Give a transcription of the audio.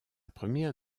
première